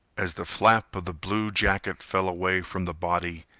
as the flap of the blue jacket fell away from the body,